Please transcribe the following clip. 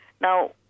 Now